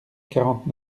quarante